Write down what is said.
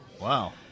Wow